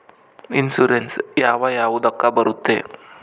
Insurance ಯಾವ ಯಾವುದಕ್ಕ ಬರುತ್ತೆ?